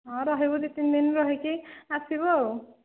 ହଁ ରହିବୁ ଦୁଇ ତିନି ଦିନି ରହିକି ଆସିବୁ ଆଉ